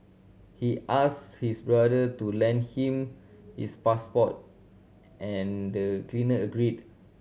he asked his brother to lend him his passport and the cleaner agreed